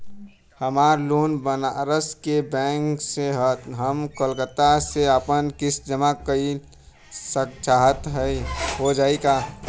हमार लोन बनारस के बैंक से ह हम कलकत्ता से आपन किस्त जमा कइल चाहत हई हो जाई का?